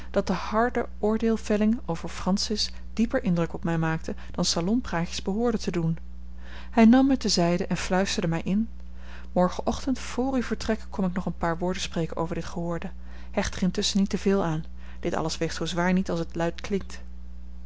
dat de harde oordeel velling over francis dieper indruk op mij maakte dan salonpraatjes behoorden te doen hij nam mij ter zijde en fluisterde mij in morgenochtend vr uw vertrek kom ik nog een paar woorden spreken over dit gehoorde hecht er intusschen niet te veel aan dit alles weegt zoo zwaar niet als het luid klinkt